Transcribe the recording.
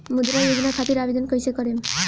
मुद्रा योजना खातिर आवेदन कईसे करेम?